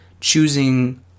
choosing